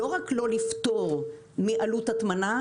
לא רק לא לפטור מעלות הטמנה,